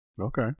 Okay